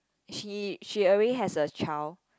she she already has a child